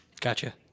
Gotcha